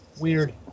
weird